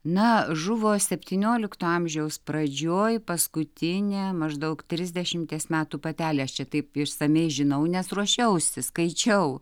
na žuvo septyniolikto amžiaus pradžioj paskutinę maždaug trisdešimties metų patelė aš čia taip išsamiai žinau nes ruošiausi skaičiau